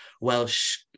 Welsh